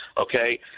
okay